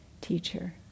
teacher